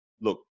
look